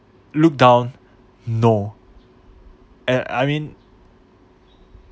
looked down no and I mean